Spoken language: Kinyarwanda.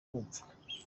kumvwa